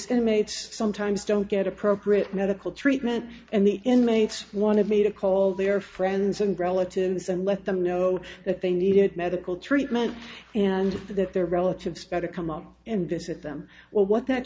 inmates sometimes don't get appropriate medical treatment and the inmates wanted me to call their friends and relatives and let them know that they needed medical treatment and that their relatives better come out and this at them well what that